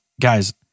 guys